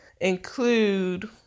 include